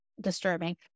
disturbing